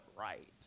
right